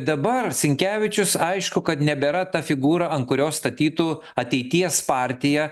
dabar sinkevičius aišku kad nebėra ta figūra ant kurios statytų ateities partija